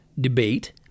debate